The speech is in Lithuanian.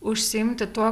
užsiimti tuo